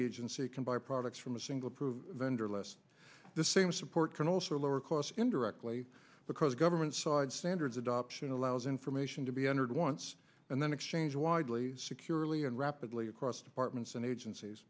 agency can buy products from a single proven vendor less the same support can also lower costs indirectly because government side standards adoption allows information to be entered once and then exchange widely securely and rapidly across departments and agencies